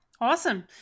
Awesome